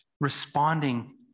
responding